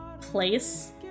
place